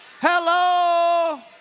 Hello